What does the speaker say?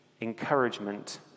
encouragement